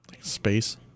space